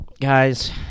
Guys